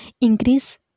increase